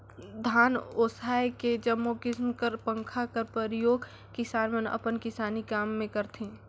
धान ओसाए के जम्मो किसिम कर पंखा कर परियोग किसान मन अपन किसानी काम मे करथे